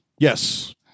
Yes